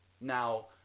now